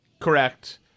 correct